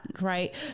right